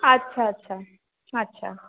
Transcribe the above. আচ্ছা আচ্ছা আচ্ছা